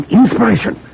inspiration